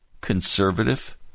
conservative